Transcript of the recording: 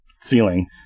ceiling